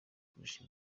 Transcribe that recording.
kurusha